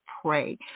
Pray